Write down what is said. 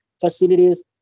facilities